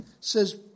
says